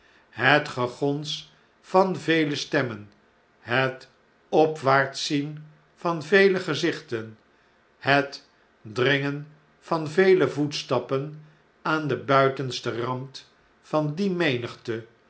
het gegons van vele stemmen het opwaartszien van vele gezichten het dringen van vele voetstappen aan den buitensten rand van die menigte